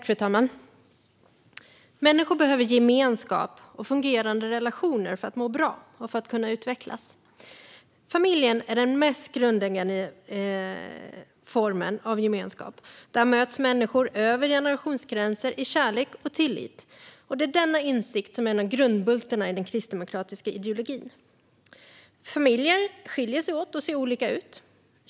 Fru talman! Människor behöver gemenskap och fungerande relationer för att må bra och för att kunna utvecklas. Familjen är den mest grundläggande formen av gemenskap. Där möts människor över generationsgränser i kärlek och tillit. Det är denna insikt som är en av grundbultarna i den kristdemokratiska ideologin. Familjer skiljer sig åt och ser olika ut.